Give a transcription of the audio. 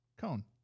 Cone